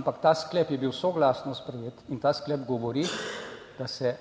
ampak ta sklep je bil soglasno sprejet in ta sklep govori, da se